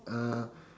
uh